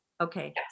Okay